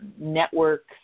networks